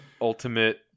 Ultimate